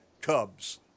Cubs